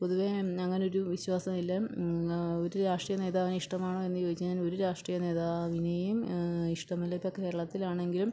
പൊതുവേ അങ്ങനൊരു വിശ്വാസം ഇല്ല ഒരു രാഷ്ട്രീയ നേതാവിനെ ഇഷ്ടമാണോ എന്നു ചോദിച്ചു കഴിഞ്ഞാൽ ഒരു രാഷ്ട്രീയ നേതാവിനെയും ഇഷ്ടമല്ല ഇപ്പോൾ കേരളത്തിലാണെങ്കിലും